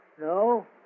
No